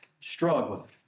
struggle